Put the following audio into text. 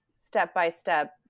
step-by-step